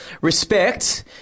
Respect